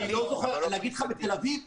--- להגיד לך כמה בתל-אביב?